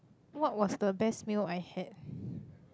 what was the best meal I had